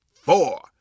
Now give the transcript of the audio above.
four